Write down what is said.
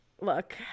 look